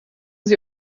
sie